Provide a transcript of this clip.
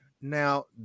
Now